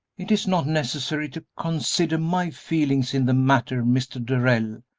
it is not necessary to consider my feelings in the matter, mr. darrell.